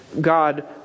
God